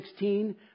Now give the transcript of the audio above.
16